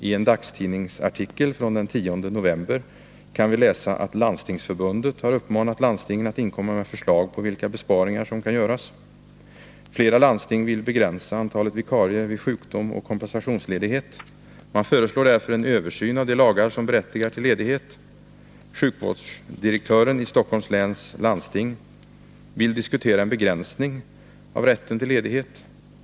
I en dagstidningsartikel från den 10 november kan vi läsa att Landstingsförbundet har uppmanat landstingen att inkomma med förslag på vilka besparingar som kan göras. Flera landsting vill begränsa antalet vikarier vid sjukdom och kompensationsledighet. Man föreslår därför en översyn av de lagar som berättigar till ledighet. Sjukvårdsdirektören i Stockholms läns landsting vill diskutera en begränsning av rätten till ledighet.